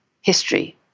history